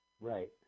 Right